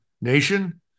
nation